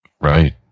Right